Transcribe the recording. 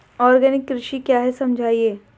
Organic कृषि क्या है समझाइए?